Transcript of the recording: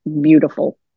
beautiful